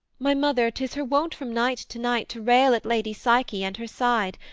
my mother, tis her wont from night to night to rail at lady psyche and her side.